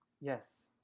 Yes